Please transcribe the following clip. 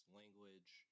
language